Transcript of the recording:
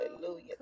Hallelujah